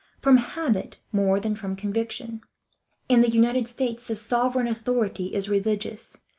from habit more than from conviction in the united states the sovereign authority is religious,